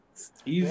Easy